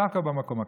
דווקא במקום הקדוש.